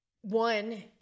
one